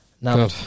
Now